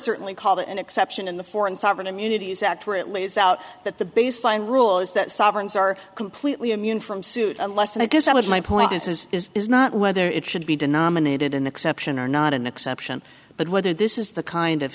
certainly called an exception in the foreign sovereign immunity is that where it leaves out that the baseline rule is that sovereigns are completely immune from suit unless and i guess that was my point is is is is not whether it should be denominated an exception or not an exception but whether this is the kind of